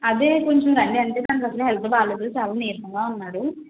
అదే కొంచెం రండి అంటే తనకి అసలే హెల్త్ బాగాలేదు చాలా నీరసంగా ఉన్నాడు